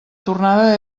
tornada